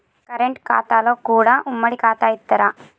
Current ఖాతాలో కూడా ఉమ్మడి ఖాతా ఇత్తరా?